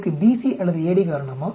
இதற்கு BC அல்லது AD காரணமா